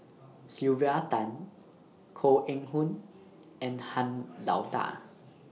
Sylvia Tan Koh Eng Hoon and Han Lao DA